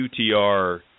UTR